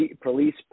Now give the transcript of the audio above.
police